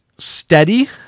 Steady